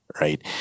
right